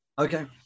okay